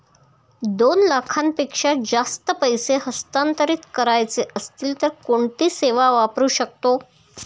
दोन लाखांपेक्षा जास्त पैसे हस्तांतरित करायचे असतील तर कोणती सेवा वापरू शकतो?